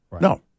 No